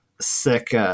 sick